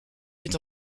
met